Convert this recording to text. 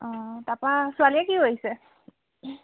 অঁ তাৰ পৰা ছোৱালীয়ে কি কৰিছে